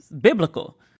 Biblical